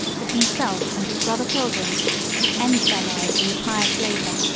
that himself and his brother pilgrims would end their lives in the pious labor,